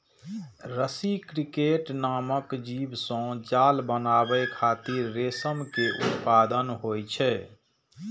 रसी क्रिकेट नामक जीव सं जाल बनाबै खातिर रेशम के उत्पादन होइ छै